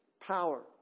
power